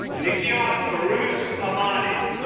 nikia firuze ahmadi